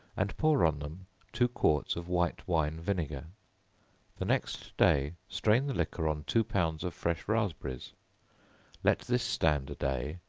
and pour on them two quarts of white-wine vinegar the next day, strain the liquor on two pounds of fresh raspberries let this stand a day,